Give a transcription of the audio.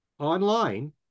Online